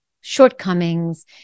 shortcomings